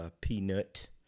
Peanut